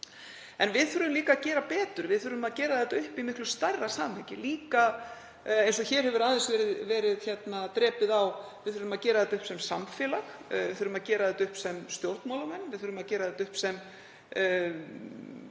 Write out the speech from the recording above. En við þurfum líka að gera betur. Við þurfum að gera þetta upp í miklu stærra samhengi, eins og hér hefur aðeins verið drepið á. Við þurfum að gera þetta upp sem samfélag. Við þurfum að gera þetta upp sem stjórnmálamenn. Við þurfum að gera þetta upp sem